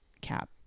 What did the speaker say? Cap